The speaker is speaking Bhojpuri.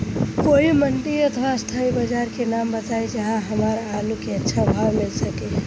कोई मंडी अथवा स्थानीय बाजार के नाम बताई जहां हमर आलू के अच्छा भाव मिल सके?